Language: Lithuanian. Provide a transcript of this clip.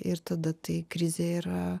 ir tada tai krizė yra